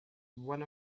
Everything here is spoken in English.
one